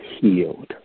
healed